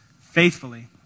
faithfully